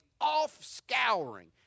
off-scouring